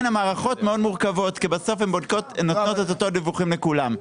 המערכות מאוד מורכבות כי בסוף הן נותנות את אותם דיווחים לכולם.